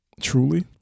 truly